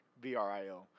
VRIO